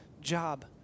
job